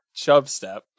Chubstep